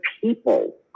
people